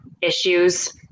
issues